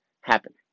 happen